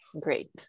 Great